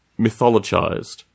mythologized